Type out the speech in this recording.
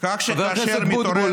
כך שכאשר מתעורר, חבר הכנסת בוטבול,